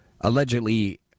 allegedly